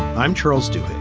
i'm charles de.